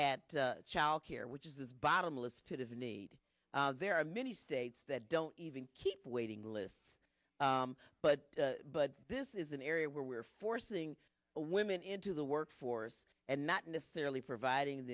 at child care which is this bottomless pit of need there are many states that don't even keep waiting lists but but this is an area where we are forcing women into the workforce and not necessarily providing